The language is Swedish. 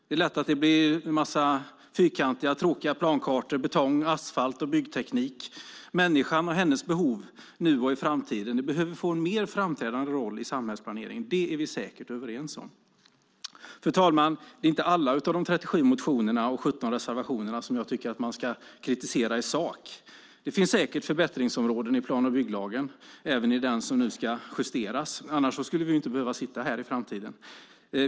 Det blir lätt en massa fyrkantiga och tråkiga plankartor, betong, asfalt och byggteknik. Människan och hennes behov, nu och i framtiden, behöver få en mer framträdande roll i samhällsplaneringen. Det är vi säkert överens om. Fru talman! Det är inte alla de 37 motionerna och 17 reservationerna som jag tycker att man ska kritisera i sak. Det finns säkert förbättringsområden i den nuvarande plan och bygglagen som nu ska justeras, annars skulle vi inte behöva sitta här i framtiden.